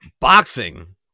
Boxing